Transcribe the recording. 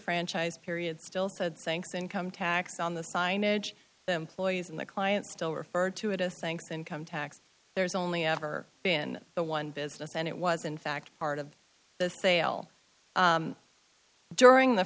franchise period still said thanks income tax on the signage the employees in the client still refer to it as thanks income tax there's only ever been the one business and it was in fact part of the sale during the